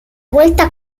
vuelta